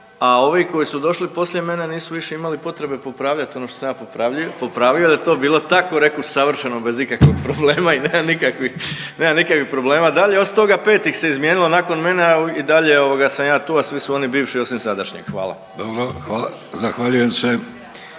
a ovi koji su došli poslije mene nisu više potrebe popravljat ono što sam ja popravio jer je to bilo takorekoć savršeno bez ikakvog problema i nemam nikakvih, nemam nikakvih problema. Da li je osim toga 5 ih izmijenilo nakon mene, ali i dalje sam ja tu, a svi su oni bivši osim sadašnjeg. Hvala. **Vidović, Davorko